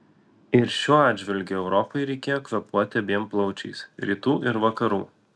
ir šiuo atžvilgiu europai reikėjo kvėpuoti abiem plaučiais rytų ir vakarų